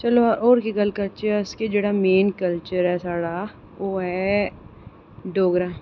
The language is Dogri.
चलो होर केह् गल्ल करचै अस कि जेह्ड़ा मेन कल्चर ऐ साढ़ा ओह् ऐ डोगरा